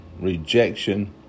rejection